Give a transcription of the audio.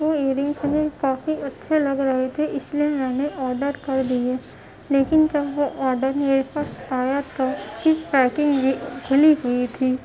وہ earring ہمیں کافی اچھے لگ رہے تھے اس لیے میں نے آڈر کر دیے لیکن جب وہ آڈر میرے پاس آیا تو اس کی پیکنگ بھی کھلی ہوئی تھی